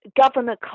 Governor